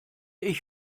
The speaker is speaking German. ich